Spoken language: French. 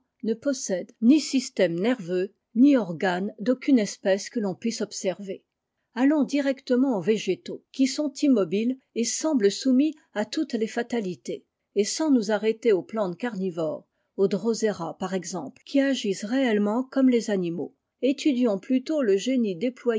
ne possède ni système nerveux ni organe d'aucune espèce que ton puisse observer allons directement aux végétaux qui sont immobiles et semblent soumis à toutes les fatalités et sans nous arrêter aux plantes carnivores aux droseras par exemple qui agissent réellement comme lesnimaux étudions plutôt le génie